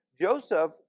Joseph